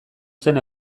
zen